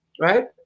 right